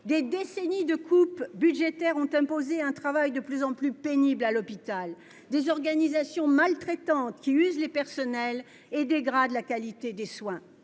des décennies de coupes budgétaires ont imposé un travail de plus en plus pénible à l'hôpital ; des organisations maltraitantes qui usent les personnels et dégradent la qualité des soins.